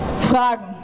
Fragen